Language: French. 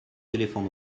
éléphants